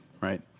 right